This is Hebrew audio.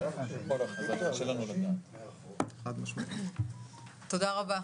תודה רבה.